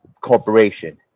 corporation